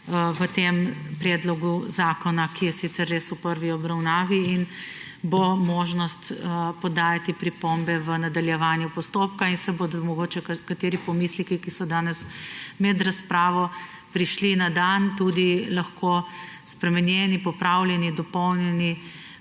v tem predlogu zakona, ki je sicer res v prvi obravnavi, in bo možnost podajati pripombe v nadaljevanju postopka in bodo mogoče kateri pomisleki, ki so danes med razpravo prišli na dan, tudi lahko spremenjeni, popravljeni, dopolnjeni,